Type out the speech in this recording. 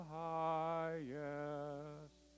highest